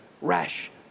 rash